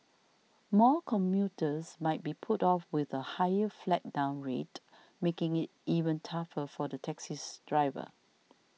more commuters might be put off with a higher flag down rate making it even tougher for the taxis drivers